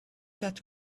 that